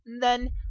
Then